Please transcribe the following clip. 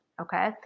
Okay